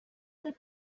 the